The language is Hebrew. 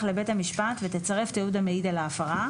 לבית המשפט ותצרף תיעוד המעיד על ההפרה,